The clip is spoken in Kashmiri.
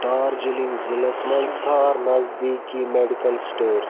ڈارجِلِنٛگ ضلعس مَنٛز ژھار نزدیٖکی میڈیکل سٹور